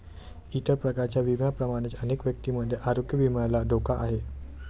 इतर प्रकारच्या विम्यांप्रमाणेच अनेक व्यक्तींमध्ये आरोग्य विम्याला धोका आहे